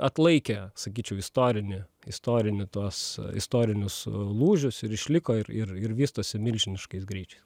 atlaikė sakyčiau istorinį istorinį tuos istorinius a lūžius ir išliko ir ir ir vystosi milžiniškais greičiais